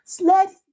Let